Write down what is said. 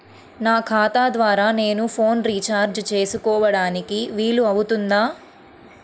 నా ఖాతా ద్వారా నేను ఫోన్ రీఛార్జ్ చేసుకోవడానికి వీలు అవుతుందా?